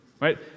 right